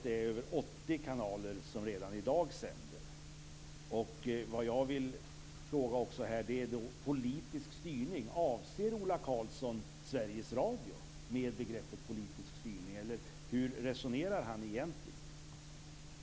Det är över 80 kanaler som sänder redan i dag. Jag vill ställa en fråga om detta med politisk styrning. Avser Ola Karlsson Sveriges Radio när han talar om begreppet politisk styrning? Hur resonerar han egentligen?